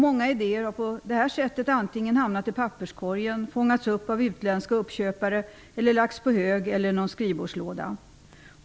Många idéer har därför antingen hamnat i papperskorgen, fångats upp av utländska uppköpare eller lagts i någon skrivbordslåda.